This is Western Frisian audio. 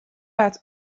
waard